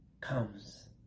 comes